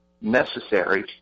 necessary